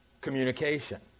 communication